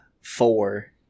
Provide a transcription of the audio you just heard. four